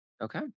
Okay